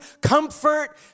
comfort